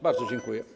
Bardzo dziękuję.